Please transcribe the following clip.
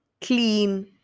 clean